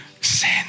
sin